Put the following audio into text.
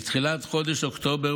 מתחילת חודש אוקטובר,